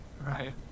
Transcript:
right